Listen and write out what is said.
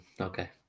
Okay